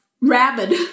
rabid